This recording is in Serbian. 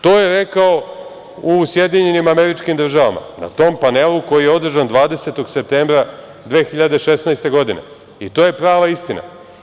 To je rekao u SAD, na tom panelu koji je održan 20. septembra 2016. godine i to je prava istina.